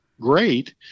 great